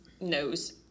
knows